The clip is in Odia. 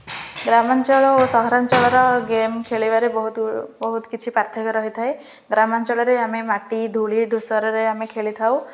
ଗ୍ରାମାଞ୍ଚଳ ଓ ସହରାଞ୍ଚଳର ଗେମ୍ ଖେଳିବାରେ ବହୁତ ବହୁତ କିଛି ପାର୍ଥକ୍ୟ ରହିଥାଏ ଗ୍ରାମାଞ୍ଚଳରେ ଆମେ ମାଟି ଧୂଳି ଧୂସରରେ ଆମେ ଖେଳିଥାଉ